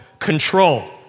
control